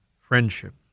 friendship